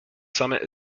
summit